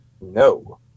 no